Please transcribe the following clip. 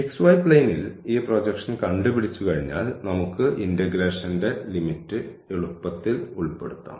xy പ്ലെയ്നിൽ ഈ projection കണ്ടുപിടിച്ചുകഴിഞ്ഞാൽ നമുക്ക് ഇന്റഗ്രേഷന്റെ ലിമിറ്റ് എളുപ്പത്തിൽ ഉൾപ്പെടുത്താം